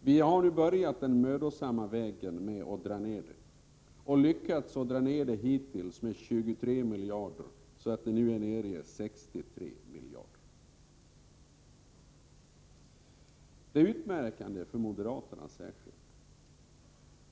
Vi har nu börjat den mödosamma vägen att dra ner budgetunderskottet och har hittills lyckats dra ner det med 23 miljarder, så att det nu är nere i 63 miljarder. Det utmärkande för särskilt moderaterna